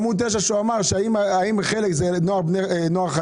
הוא התייחס לעמוד 9 ושאל האם חלק זה נוער חדש